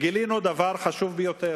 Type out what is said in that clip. גילינו דבר חשוב ביותר: